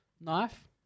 knife